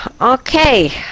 Okay